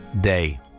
day